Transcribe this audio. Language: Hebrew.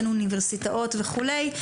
בין אוניברסיטאות וכולי,